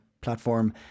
platform